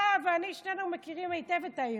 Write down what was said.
אתה ואני, שנינו מכירים היטב את העיר.